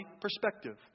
perspective